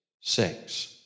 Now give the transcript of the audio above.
six